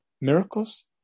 Miracles